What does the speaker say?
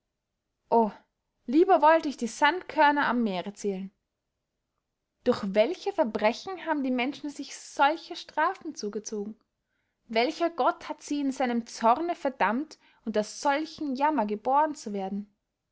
lieber wollt ich die sandkörner am meere zählen durch welche verbrechen haben die menschen sich solche strafen zugezogen welcher gott hat sie in seinem zorne verdammt unter solchen jammer gebohren zu werden